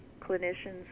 clinicians